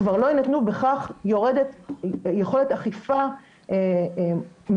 כבר לא יינתנו ובכך יורדת יכולת אכיפה מאוד